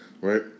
right